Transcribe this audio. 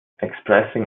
expressing